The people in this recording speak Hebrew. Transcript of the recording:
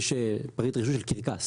מי שפריט רישוי של קרקס,